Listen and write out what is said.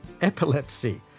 epilepsy